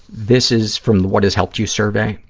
this is from the what has helped you survey,